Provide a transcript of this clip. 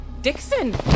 Dixon